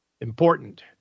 important